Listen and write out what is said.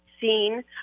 seen